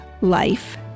life